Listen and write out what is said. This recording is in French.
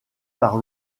par